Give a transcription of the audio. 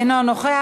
אינו נוכח.